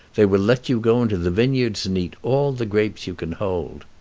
they will let you go into the vineyards and eat all the grapes you can hold.